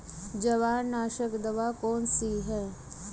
जवारनाशक दवा कौन सी है?